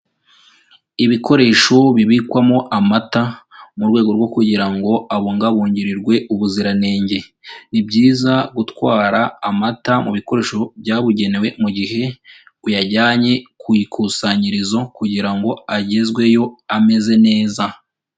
Ibikoresho bibikwamo amata mu rwego rwo kugira ngo abungabungirirwe ubuziranenge. Ni byiza gutwara amata mu bikoresho byabugenewe mu gihe uyajyanye ku ikusanyirizo kugira ngo agezweyo ameze neza.